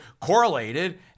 correlated